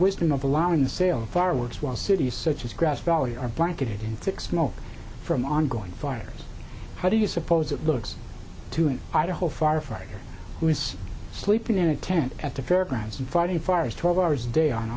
wisdom of allowing the sale fireworks while cities such as grass valley are blanketed in six mile from ongoing fires how do you suppose it looks to an idaho firefighter who is sleeping in a tent at the fairgrounds and fighting fires twelve hours a day on